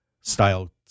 style